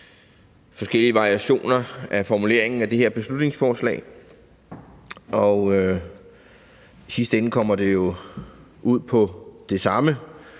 forskellige variationer af formuleringen af det her beslutningsforslag. Og i sidste ende er det jo det samme,